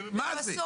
מה זה?